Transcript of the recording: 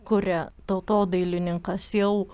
kuria tautodailininkas jau